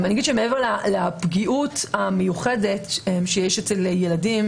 מעבר לפגיעות המיוחדת שיש אצל ילדים,